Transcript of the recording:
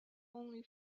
only